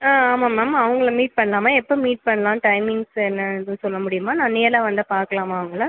ஆ ஆமாம் மேம் அவங்கள மீட் பண்ணலாமா எப்போ மீட் பண்ணலாம் டைமிங்ஸ் என்னன்னு சொல்ல முடியுமா நான் நேரில் வந்தால் பார்க்கலாமா அவங்கள